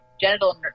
genital